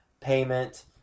payment